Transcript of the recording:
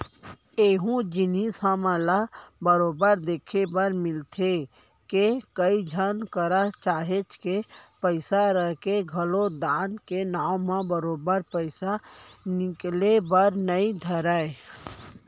एहूँ जिनिस हमन ल बरोबर देखे बर मिलथे के, कई झन करा काहेच के पइसा रहिके घलोक दान के नांव म बरोबर पइसा निकले बर नइ धरय